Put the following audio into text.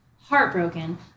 Heartbroken